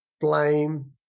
blame